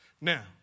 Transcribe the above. Now